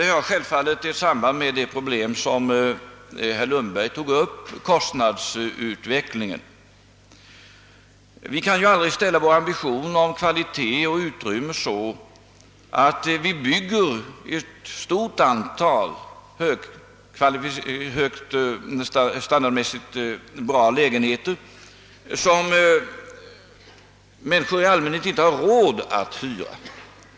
Detta har självfallet samband med det problem som herr Lundberg tog upp, nämligen kostnadsutvecklingen. Vi kan aldrig sätta vår ambition beträffande kvalitet och utrymme så högt, att vi bygger ett stort antal standardmässigt goda lägenheter som människor i allmänhet inte har råd att hyra.